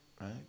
right